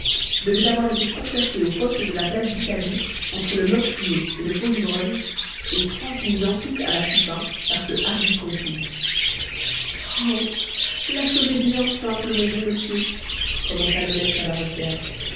devait avoir été concertée au poste de la place d'italie entre le meurtrier et le faux ivrogne et transmise ensuite à la chupin par ce hardi complice oh la chose est bien simple mon bon monsieur commença l'honnête